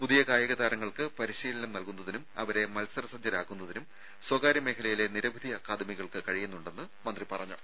പുതിയ കായിക താരങ്ങൾക്ക് പരിശീലനം നൽകുന്നതിനും അവരെ മത്സര സജ്ജരാക്കുന്നതിനും സ്വകാര്യ മേഖലയിലെ നിരവധി അക്കാദമികൾക്ക് കഴിയുന്നുണ്ടെന്നും മന്ത്രി പറഞ്ഞു